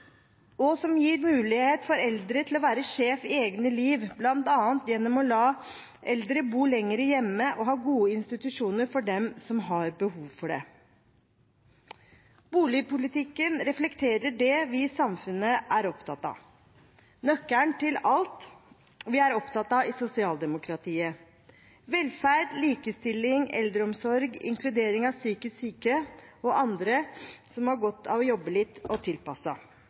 kulturtilbud, som gir mulighet for eldre til å være sjef i eget liv, bl.a. gjennom å la dem bo lenger hjemme og ha gode institusjoner for dem som har behov for det. Boligpolitikken reflekterer det vi i samfunnet er opptatt av, nøkkelen til alt vi er opptatt av i sosialdemokratiet: velferd, likestilling, eldreomsorg og inkludering av psykisk syke og andre som har godt av å jobbe litt og